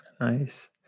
Nice